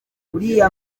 uriya